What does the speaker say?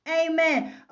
amen